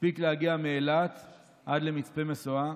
והספיק להגיע מאילת עד למצפה משואה.